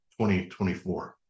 2024